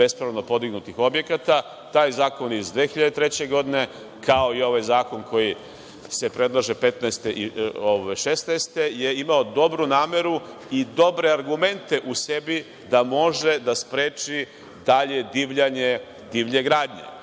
bespravno podignutih objekata. Taj zakon iz 2003. godine, kao i ovaj zakon koji se predlaže 2015. i 2016. godine, je imao dobru nameru i dobre argumente u sebi da može da spreči dalje divljanje divlje gradnje. Divlja